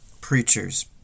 preachers